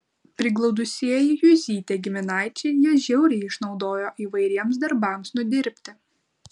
priglaudusieji juzytę giminaičiai ją žiauriai išnaudojo įvairiems darbams nudirbti